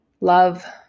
Love